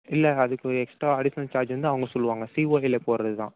இல்லை அதுக்கு extra additional charge வந்து அவங்க சொல்லுவாங்க சிஓ கீழே போடுறது தான்